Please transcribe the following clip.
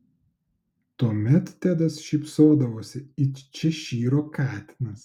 tuomet tedas šypsodavosi it češyro katinas